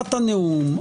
נשאת נאום,